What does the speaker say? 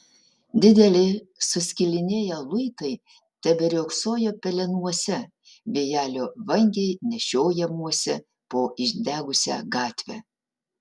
dideli suskilinėję luitai teberiogsojo pelenuose vėjelio vangiai nešiojamuose po išdegusią gatvę